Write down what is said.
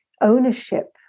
ownership